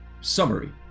summary